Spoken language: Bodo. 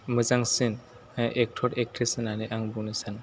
मोजांसिन एकथर एखथ्रिस होननानै आं बुंनो सानो